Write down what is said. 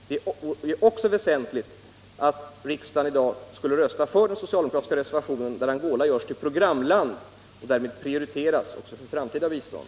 Det är angeläget att riksdagen i dag röstar för den socialdemokratiska reservationen, där Angola görs till programland och därmed prioriteras också för framtida bistånd.